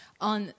on